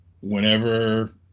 whenever